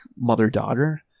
mother-daughter